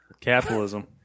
Capitalism